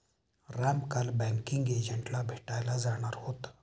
राम काल बँकिंग एजंटला भेटायला जाणार होता